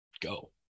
go